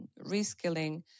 reskilling